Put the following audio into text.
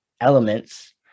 elements